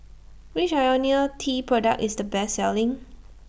Which Ionil T Product IS The Best Selling